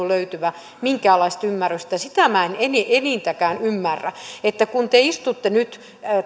löytyvän minkäänlaista ymmärrystä sitä minä en en enintäkään ymmärrä että kun te istutte nyt